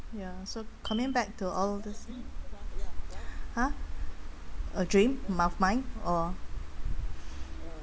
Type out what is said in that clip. ya so coming back to all this !huh! a dream my of mine oh